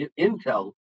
Intel